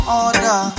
order